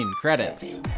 credits